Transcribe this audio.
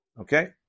Okay